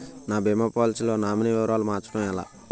నా భీమా పోలసీ లో నామినీ వివరాలు మార్చటం ఎలా?